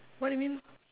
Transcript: what you mean